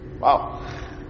Wow